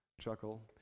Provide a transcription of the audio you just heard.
Chuckle